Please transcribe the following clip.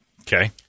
Okay